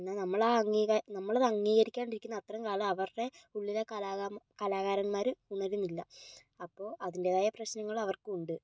എന്നാൽ നമ്മൾ ആ അംഗീകാര നമ്മൾ അത് അംഗീകരിക്കാണ്ടിരിക്കുന്ന അത്രയും കാലം അവരുടെ ഉള്ളിലെ കലാകാര കലാകാരന്മാര് ഉണരുന്നില്ല അപ്പോൾ അതിന്റേതായ പ്രശ്നങ്ങളും അവർക്ക് ഉണ്ട്